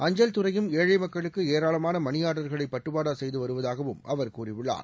அஞ்சல் துறையும் ஏழை மக்களுக்கு ஏராளமான மணியா்டர்களை பட்டுவாடா செய்து வருவதாகவும் அவர் கூறியுள்ளார்